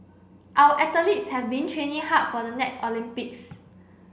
our athletes have been training hard for the next Olympics